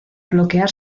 bloquear